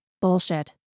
Bullshit